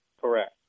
Correct